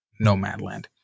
Nomadland